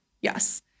yes